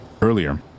Earlier